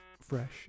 fresh